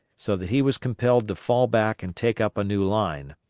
so that he was compelled to fall back and take up a new line.